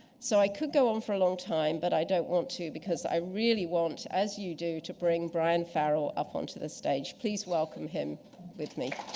so i could go on for a long time, but i don't want to because i really want as you do to bring brian ferrell up onto the stage. please welcome him with me.